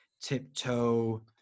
tiptoe